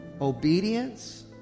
Obedience